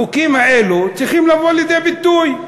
החוקים האלה צריכים לבוא לידי ביטוי.